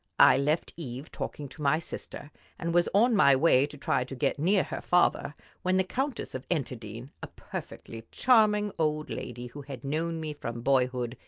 i left eve talking to my sister and was on my way to try to get near her father when the countess of enterdean, a perfectly charming old lady who had known me from boyhood,